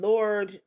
Lord